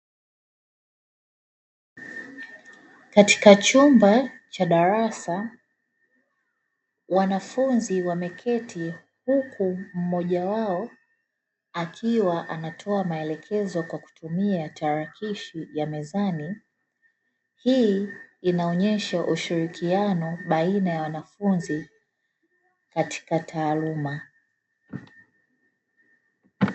Katika chumba cha darasa, wanafunzi wameketi, huku mmoja wao akiwa anatoa maelekezo kwa kutumia tarakilishi ya mezani. Hii inaonyesha ushirikiano baina ya wanafunzi katika taaluma.